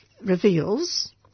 reveals